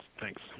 Thanks